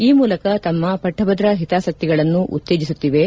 ಈ ಮೂಲಕ ತಮ್ನ ಪಟ್ಲಭದ್ರ ಹಿತಾಸಕ್ತಿಗಳನ್ನು ಉತ್ತೇಜಿಸುತ್ತಿವೆ